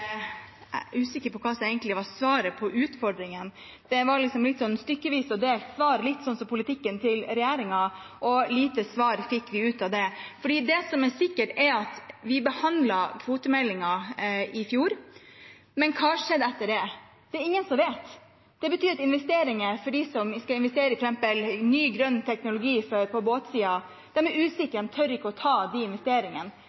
Jeg er usikker på hva som egentlig var svaret på utfordringene. Det var et stykkevis og delt svar, litt som politikken til regjeringen. Lite svar fikk vi ut av det. Det som er sikkert, er at vi behandlet kvotemeldingen i fjor, men hva har skjedd etter det? Det er det ingen som vet. Det betyr at investeringer, for dem som skal investere i f.eks. ny grønn teknologi på